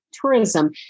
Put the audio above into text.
tourism